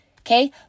Okay